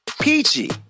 Peachy